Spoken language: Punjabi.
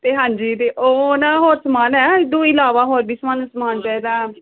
ਅਤੇ ਹਾਂਜੀ ਅਤੇ ਉਹ ਨਾ ਹੋਰ ਸਮਾਨ ਹੈ ਇਦੂ ਇਲਾਵਾ ਹੋਰ ਵੀ ਸਾਨੂੰ ਸਮਾਨ ਚਾਹੀਦਾ